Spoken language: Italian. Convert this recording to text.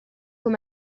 con